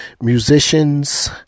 musicians